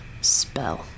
spell